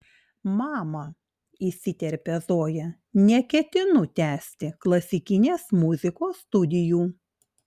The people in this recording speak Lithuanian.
mama įsiterpia zoja neketinu tęsti klasikinės muzikos studijų